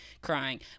crying